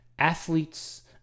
Athletes